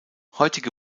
heutige